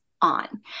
on